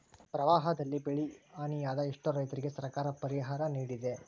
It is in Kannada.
ಪ್ರವಾಹದಲ್ಲಿ ಬೆಳೆಹಾನಿಯಾದ ಎಷ್ಟೋ ರೈತರಿಗೆ ಸರ್ಕಾರ ಪರಿಹಾರ ನಿಡಿದೆ